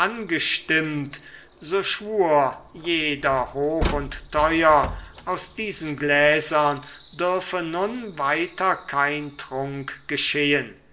angestimmt so schwur jeder hoch und teuer aus diesen gläsern dürfe nun weiter kein trunk geschehen